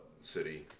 city